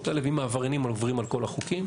האלה ואם העבריינים עוברים על כל החוקים,